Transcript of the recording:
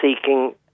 seeking